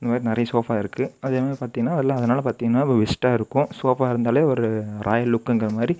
இந்த மாதிரி நிறையா சோஃபா இருக்குது அதே மாதிரி பார்த்திங்னா அதெல்லாம் அதனால் பார்த்திங்னா இப்போ பெஸ்ட்டாக இருக்கும் சோஃபா இருந்தாலே ஒரு ராயல் லுக்குங்கிற மாதிரி